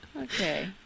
okay